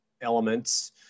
elements